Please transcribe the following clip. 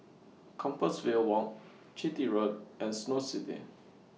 Compassvale Walk Chitty Road and Snow City